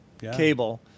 Cable